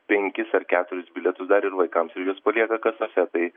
penkis ar keturis bilietus dar ir vaikams ir juos palieka kasose tai